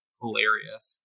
hilarious